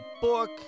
book